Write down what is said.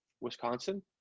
Wisconsin